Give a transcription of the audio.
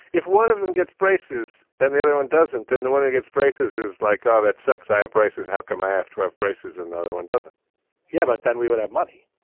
if one of them gets braces and the other one doesn't, then the one who gets braces is like, oh, that sucks. i have braces. how come i have to have braces? and the other one doesn't yeah, but then we would have money.